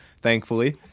thankfully